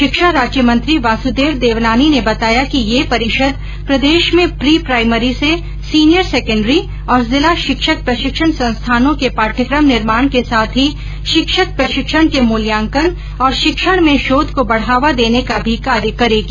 शिक्षा राज्य मंत्री वासुदेव देवनानी ने बताया कि यह परिषद् प्रदेश में प्री प्राईमरी से सीनियर सैकण्डरी और जिला शिक्षक प्रशिक्षण संस्थानों के पाठ्यक्रम निर्माण के साथ ही शिक्षक प्रशिक्षण के मुल्यांकन और शिक्षण में शोध को बढ़ावा देने का भी कार्य करेगी